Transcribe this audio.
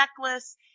necklace